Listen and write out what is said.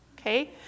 Okay